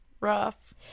rough